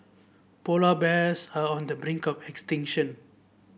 polar bears are on the brink of extinction